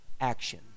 action